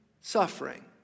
Suffering